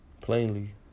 plainly